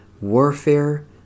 warfare